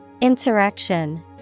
Insurrection